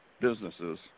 businesses